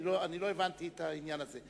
אני לא הבנתי את העניין הזה.